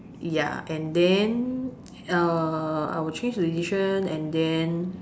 ya and then uh I would change the decision and then